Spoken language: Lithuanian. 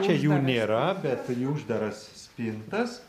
čia jų nėra bet į uždaras spintas